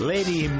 Lady